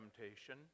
temptation